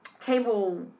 cable